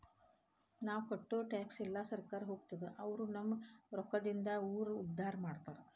ನಾವ್ ಕಟ್ಟೋ ಟ್ಯಾಕ್ಸ್ ಎಲ್ಲಾ ಸರ್ಕಾರಕ್ಕ ಹೋಗ್ತದ ಅವ್ರು ನಮ್ ರೊಕ್ಕದಿಂದಾನ ಊರ್ ಉದ್ದಾರ ಮಾಡ್ತಾರಾ